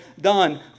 done